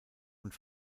und